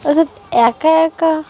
তারা একা একা